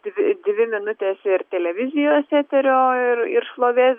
dvi dvi minutes ir televizijos eterio ir ir šlovės